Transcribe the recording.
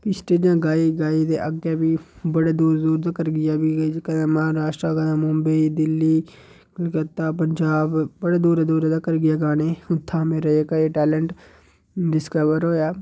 प्ही स्टेजें पर गाई गाई ते अग्गें प्ही बड़े दूर दूर तक्कर गेआ बी कदें महाराश्ट्र कदें मुम्बई दिल्ली कलकत्ता पंजाब बड़ी दूरें दूरें तक्कर गेआ गाने गी उत्थां मेरा जेह्का एह् टेलैंट डिस्कवर होएआ